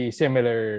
similar